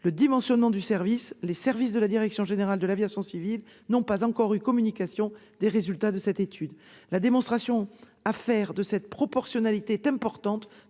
le dimensionnement du service, les services de la direction générale de l'aviation civile n'ont pas encore eu communication des résultats de cette étude. La démonstration à faire de cette proportionnalité est importante